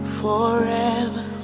forever